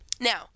Now